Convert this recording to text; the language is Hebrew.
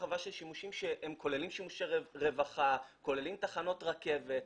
השימושים כוללים שימושי רווחה, כוללים תחנות רכבת.